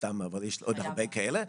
יש עוד הרבה כאלה --- בוודאי.